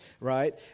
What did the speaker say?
right